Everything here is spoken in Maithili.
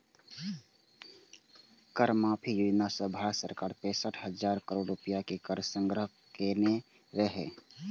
कर माफी योजना सं भारत सरकार पैंसठ हजार करोड़ रुपैया के कर संग्रह केने रहै